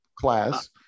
class